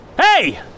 Hey